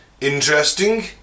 Interesting